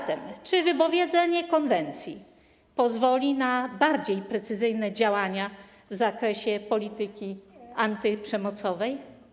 Zatem czy wypowiedzenie konwencji pozwoli na bardziej precyzyjne działania w zakresie polityki antyprzemocowej?